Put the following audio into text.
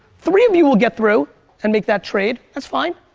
three of you will get through and make that trade, that's fine.